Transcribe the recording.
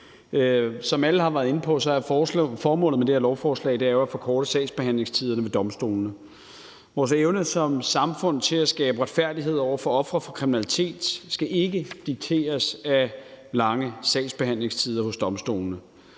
Som alle har været inde på, er formålet med det her lovforslag jo at forkorte sagsbehandlingstiderne ved domstolene. Vores evne som samfund til at skabe retfærdighed over for ofre for kriminalitet skal ikke dikteres af lange sagsbehandlingstider ved domstolene.